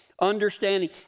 Understanding